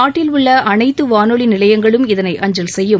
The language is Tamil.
நாட்டில் உள்ள அனைத்து வானொலி நிலையங்களும் இதனை அஞ்சல் செய்யும்